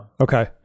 okay